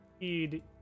Need